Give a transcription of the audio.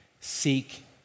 seek